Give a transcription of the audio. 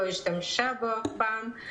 לא השתמשה בה אף פעם.